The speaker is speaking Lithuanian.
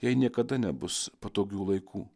jai niekada nebus patogių laikų